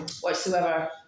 whatsoever